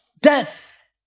death